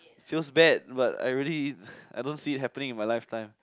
feels bad but I really I don't see it happening in my lifetime